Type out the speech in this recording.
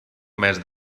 mes